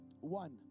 One